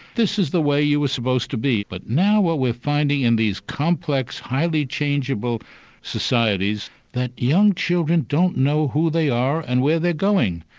this is the way you were supposed to be. but now what we're finding in these complex highly changeable societies that young children don't know who they are and where they're going.